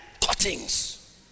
cuttings